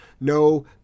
No